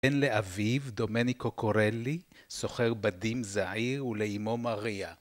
בן לאביו, דומניקו קורלי, סוחר בדים זעיר ולאמו מריה.